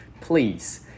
please